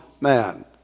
man